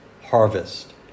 harvest